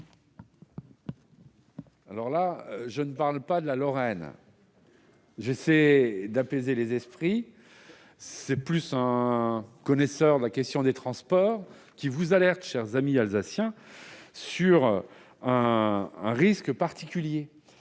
Jacquin. Je ne parlerai pas de la Lorraine. J'essaie d'apaiser les esprits ... C'est plus en connaisseur de la question des transports que je vous alerte, mes chers amis alsaciens, sur un risque particulier.